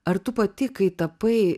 ar tu pati kai tapai